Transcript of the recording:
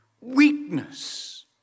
weakness